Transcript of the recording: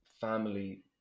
family